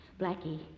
Blackie